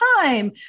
time